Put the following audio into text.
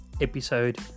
episode